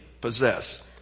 possess